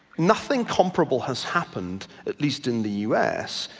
nothing comparable has happened, at least in the u s,